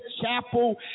Chapel